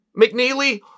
McNeely